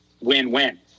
win-win